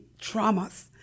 traumas